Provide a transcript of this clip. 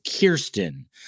Kirsten